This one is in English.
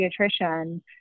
pediatrician